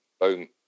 boom